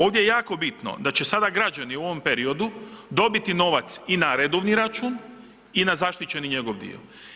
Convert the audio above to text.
Ovdje je jako bitno da će sada građani u ovom periodu dobiti novac i na redovni račun i na zaštićeni njegov dio.